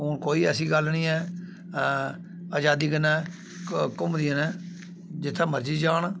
हून कोई ऐसी गल्ल निं ऐ अजादी कन्नै घूमदियां न जित्थे मर्जी जान